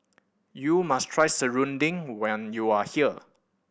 you must try serunding when you are here